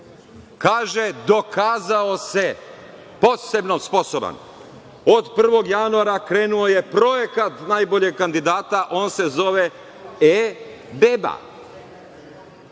Kaže – dokazao se, posebno sposoban. Od 1. januara krenuo je projekat najboljeg kandidata, on se zove e-beba.